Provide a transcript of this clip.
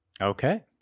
Okay